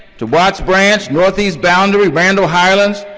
to watch branch, northeast boundary, randall, highlands,